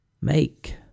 Make